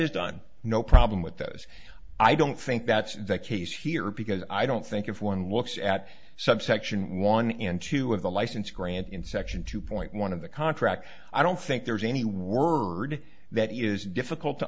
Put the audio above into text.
is done no problem with those i don't think that's the case here because i don't think if one looks at subsection one and two of the license grant in section two point one of the contract i don't think there's anyone the word that is difficult to